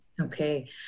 Okay